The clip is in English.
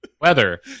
weather